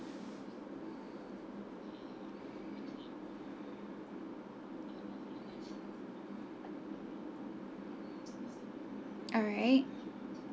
alright